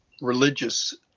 religious